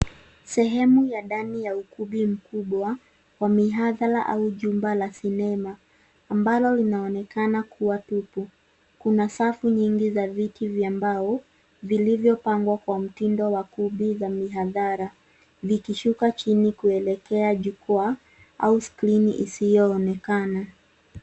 Sehemu ya ndani ya ukumbi mkubwa wa mihadhara au jumba la sinema, ambalo linaonekana kua tupu. Kuna safu nyingi za viti vya mbao, zilizopangwa kwa mtindo wa kumbi za mihadhara, vikishuka chini kuelekea jukwaa, au skirini isiyoonekana.